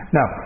Now